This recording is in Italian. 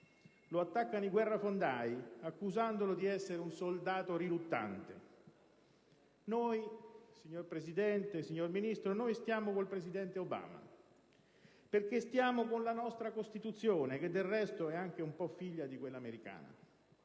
lo attaccano i guerrafondai, che lo accusano di essere un soldato riluttante. Noi, signor Presidente, signor Ministro, stiamo con il presidente Obama perché stiamo con la nostra Costituzione, che del resto è anche un po' figlia di quella americana.